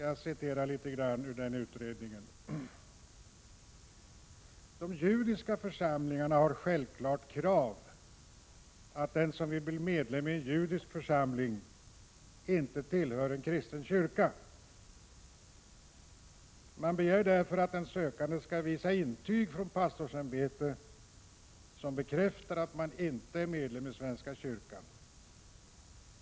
Han skriver: ”De judiska församlingarna har som krav att den som vill bli medlem i en judisk församling inte tillhör en kristen kyrka. Man begär därför att den sökande ska visa intyg från pastorsämbetet som bekräftar att man inte är medlem i Svenska kyrkan.